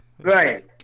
right